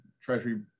treasury